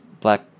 black